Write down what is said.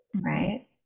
right